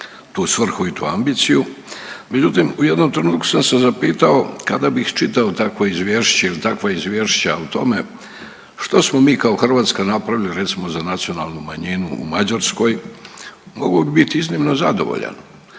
tu svrhu i tu ambiciju, međutim u jednom trenutku sam se zapitao kada bih čitao takvo izvješće ili takva izvješća o tome što smo mi kao Hrvatska napravili recimo za nacionalnu manjinu u Mađarskoj, mogao bi biti iznimno zadovoljan